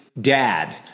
dad